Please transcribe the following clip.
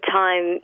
time